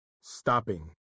stopping